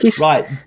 Right